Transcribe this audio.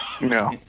No